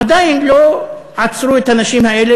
עדיין לא עצרו את האנשים האלה,